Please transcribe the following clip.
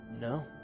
No